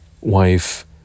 wife